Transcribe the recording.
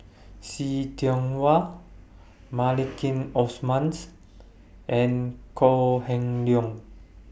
See Tiong Wah Maliki and Kok Heng Leun